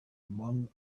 among